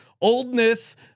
oldness